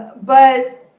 but,